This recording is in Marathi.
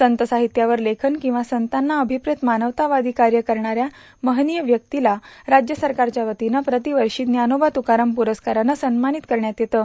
संत साहित्यावर लेखन किंवा संतांना अभिप्रेत मानवतावारी कार्य करणाऱ्या महनीय व्यक्तीला राज्य सरकारच्यावतीनं प्रतिवर्षी ज्ञानोबा तुकाराम पुरस्कारानं सन्मानित करण्यात येतं